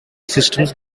systems